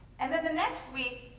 and then the next week,